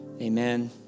amen